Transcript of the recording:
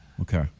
Okay